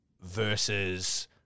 versus